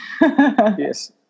Yes